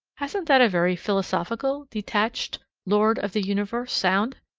hasn't that a very philosophical, detached, lord of the universe sound?